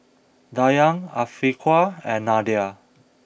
Dayang Afiqah and Nadia